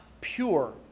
pure